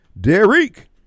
Derek